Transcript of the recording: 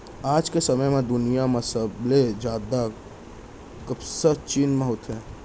आज के समे म दुनिया म सबले जादा कपसा चीन म होथे